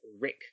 Rick